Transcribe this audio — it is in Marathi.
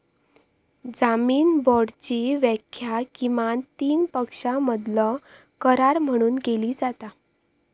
जामीन बाँडची व्याख्या किमान तीन पक्षांमधलो करार म्हणून केली जाता